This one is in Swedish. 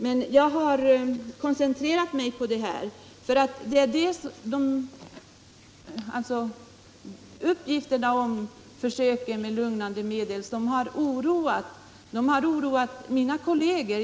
Jag har emellertid koncentrerat mig på lugnande medel. Uppgifterna om försöken med lugnande medel har oroat mina kolleger.